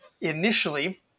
initially